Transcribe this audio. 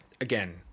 again